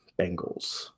Bengals